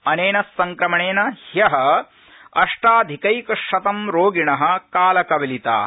अनेन संक्रमणेन ह्य अष्टाधिक्क्रिशतं रोगिण कालकवलिता